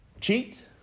Cheat